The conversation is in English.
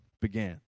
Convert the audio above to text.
began